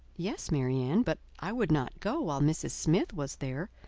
yes, marianne, but i would not go while mrs. smith was there,